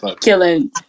killing